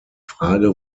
frage